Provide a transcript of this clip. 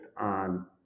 on